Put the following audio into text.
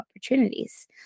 opportunities